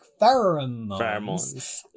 pheromones